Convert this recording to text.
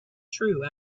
true